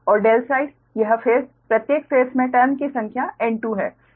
और ∆ साइड यह फेस प्रत्येक फेस में टर्न की संख्या N2 है